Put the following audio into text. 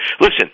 Listen